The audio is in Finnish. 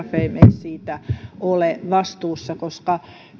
terrafame ei ole vastuussa koska